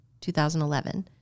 2011